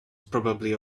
probably